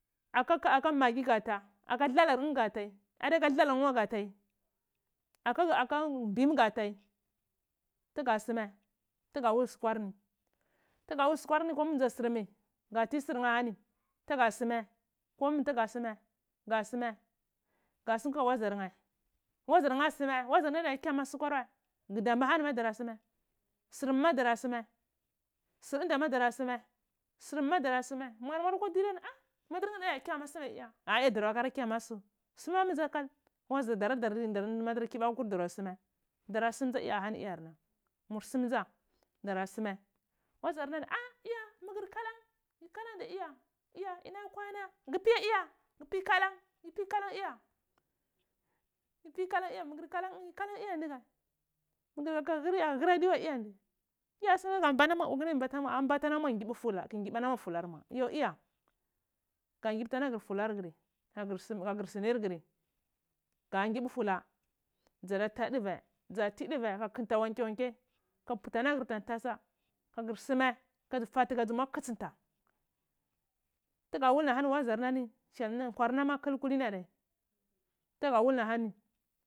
Aka maggi gata ako dilhalan nhir nheh gha ta adiyuka dlahan nhir nhe wai gata aka mbimal an ta kasuma tuguda wul sumanitugada wul suhwar ni tsu dzu surmi tuga soma komi tuga somai gu suma ga sum kaka wazor nheh wazar nheh wazar nheh asuma wazar nheh aoiya kyamar sukwur wai guɗambha ahani ma ma dara sumai sumuma ɗura soma muar aatu diryar ni madat nheh ni adiyal nkyemar sum ai iya ui dora lika ntyama su suma mu dza kal dama darai madu thbaku wai kura dora jumai ddora som to ahaniya iyarna mur sum dza ddara sumai wazanan ni mini iya mumu gu ghalun a yi kalan duyja iya iya ina kwaana gu piya guk pi kalan yi pi kala iya yi pi kalan iya dungle mumi gleh kaka hiri ah hiri adiwai iya ndika iya ki mbata nomur kuna go mbati ah mbati tu ngimbwi allam war fukar muay o iya ka gimbti alagor pular guri kagur sunor guri ga gim bwi fula dzada ta duvai ɗza ti duwai kagu kitsimta wanke wanke ha puter naghe tumm ata ntasu gagursumai ka putar naghe tum ata nbasa gagursumai ka ɗzi fatu tum ka ɗzi lika krisinta tuga wul ahani wazurnani kwurna ma kili ahani tugu wulahaani.